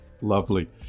Lovely